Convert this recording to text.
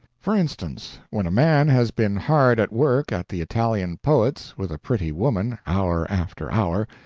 for instance, when a man has been hard at work at the italian poets with a pretty woman, hour after hour,